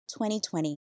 2020